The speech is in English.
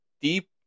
Deep